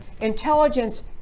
intelligence